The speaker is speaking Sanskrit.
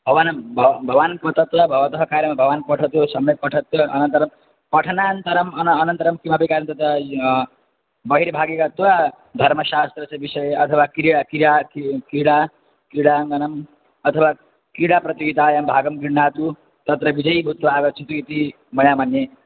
भवान् भो भवान् पठित्वा भवतः कार्यं भवान् पठतु सम्यक् पठतु अनन्तरं पठनान्तरम् अहम् अनन्तरं किमपि कार्यं तथा बहिर्भागीयत्वेन धर्मशास्त्रस्य विषये अथवा क्रिया क्रिया क्रीडा क्रीडा किडाङ्गणम् अथवा क्रीडाप्रतियोगितायां भागं गृण्हातु तत्र विजयीभूत्वा आगच्छतु इति मया मन्ये